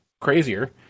crazier